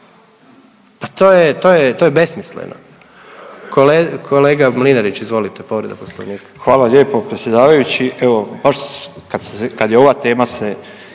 je, to je besmisleno. Kolega Mlinarić, izvolite, povreda Poslovnika. **Mlinarić, Stipo (DP)** Hvala lijepo predsjedavajući. Evo, baš kad je ova tema se